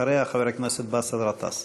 אחריה, חבר הכנסת באסל גטאס.